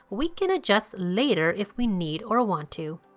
we can adjust later if we need or want to.